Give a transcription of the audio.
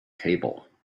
table